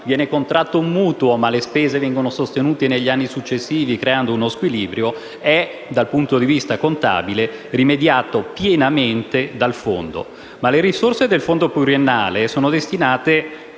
viene contratto un mutuo ma le spese vengono sostenute negli anni successivi creando uno squilibrio è, dal punto di vista contabile, rimediato pienamente dal fondo. Le risorse del fondo pluriennale però sono destinate